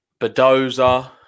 Badoza